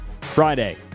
Friday